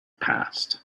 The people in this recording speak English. passed